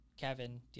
Kevin